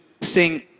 sing